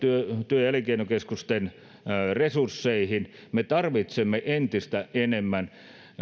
työ ja elinkeinokeskusten resursseihin me tarvitsemme entistä enemmän